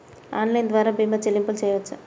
Online ద్వార భీమా చెల్లింపులు చేయవచ్చా?